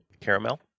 Caramel